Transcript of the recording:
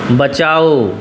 बचाउ